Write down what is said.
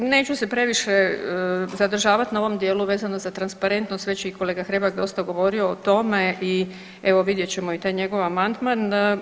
Neću se previše zadržavati na ovom dijelu vezano za transparentnost, već je i kolega Hrebak dosta govorio o tome i evo, vidjet ćemo i taj njegov amandman.